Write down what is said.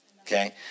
okay